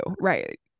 right